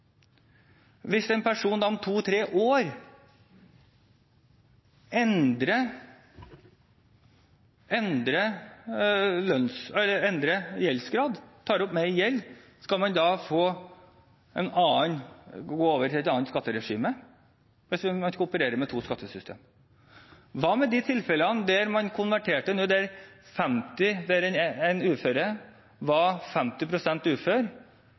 Hvis en person om to–tre år endrer gjeldsgrad, tar opp mer lån, skal man da gå over til et annet skatteregime, hvis man skal operere med to skattesystem? Hva med de tilfellene der man konverterte der den uføre var 50 pst. ufør, og blir f.eks. om to år 100 pst. ufør?